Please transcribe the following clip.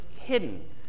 hidden